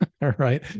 right